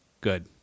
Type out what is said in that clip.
good